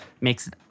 Makes